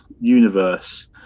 universe